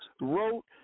wrote